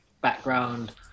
background